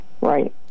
Right